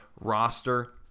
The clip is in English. roster